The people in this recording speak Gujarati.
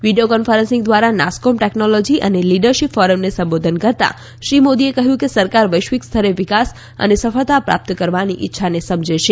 વીડિયો કોન્ફરન્સિંગ દ્વારા નાસ્કોમ ટેકનોલોજી અને લીડરશીપ ફોરમને સંબોધન કરતાં શ્રી મોદીએ કહ્યું કે સરકાર વૈશ્વિક સ્તરે વિકાસ અને સફળતા પ્રાપ્ત કરવાની ઇચ્છાને સમજે છે